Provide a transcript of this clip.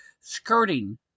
skirting